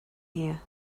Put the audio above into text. here